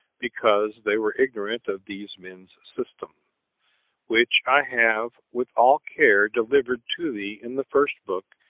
because they were ignorant of these men's system which i have with all care delivered to thee in the first book,